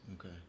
okay